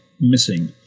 missing